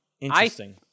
interesting